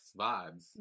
vibes